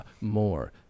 more